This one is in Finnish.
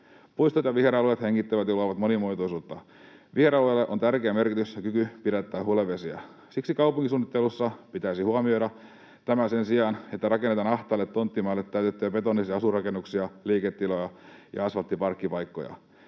Puistot ja viheralueet hengittävät ja luovat monimuotoisuutta. Viheralueilla on tärkeä merkitys ja kyky pidättää hulevesiä. Siksi kaupunkisuunnittelussa pitäisi huomioida tämä sen sijaan, että rakennetaan ahtaat tonttimaat täyteen betonisia asuinrakennuksia, liiketiloja ja asfalttiparkkipaikkoja.